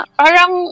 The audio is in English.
parang